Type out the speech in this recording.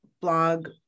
blog